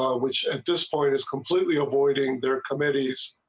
which and despite its completely avoiding their committees.